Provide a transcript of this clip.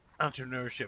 entrepreneurship